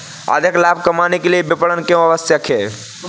अधिक लाभ कमाने के लिए विपणन क्यो आवश्यक है?